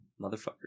motherfucker